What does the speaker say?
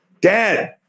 Dad